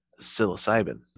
psilocybin